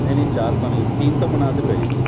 نہیں نہیں چار سو نہیں تین سو مناسب رہیں گے جی